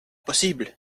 possible